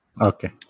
Okay